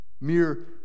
mere